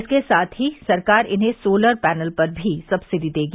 इसके साथ ही सरकार इन्हें सोलर पैनल पर भी सक्सिडी देगी